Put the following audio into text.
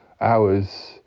hours